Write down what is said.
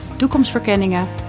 toekomstverkenningen